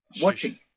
watching